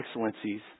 excellencies